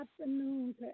afternoon